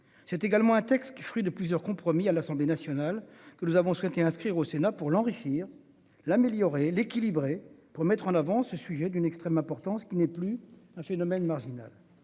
C'est également un texte qui, fruit de plusieurs compromis à l'Assemblée nationale que nous avons souhaité inscrire au Sénat pour l'enrichir l'améliorer l'équilibrer pour mettre en avant ce sujet d'une extrême importance qui n'est plus un phénomène marginal,